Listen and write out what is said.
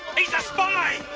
he's a spy!